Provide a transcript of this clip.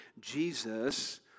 Jesus